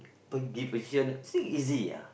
po~ give position you think easy ah